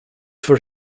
for